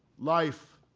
life